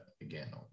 again